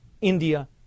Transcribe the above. India